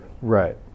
Right